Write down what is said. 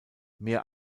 mehr